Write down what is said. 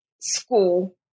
school